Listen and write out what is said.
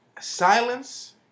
Silence